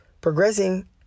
progressing